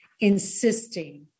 insisting